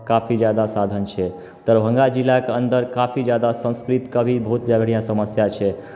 काफी ज्यादा साधन छै दरभङ्गा जिलाके अन्दर काफी ज्यादा संस्कृत कवि बहुत समस्या छै